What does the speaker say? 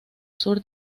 sur